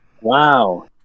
Wow